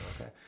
okay